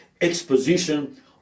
exposition